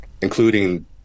including